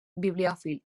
bibliòfil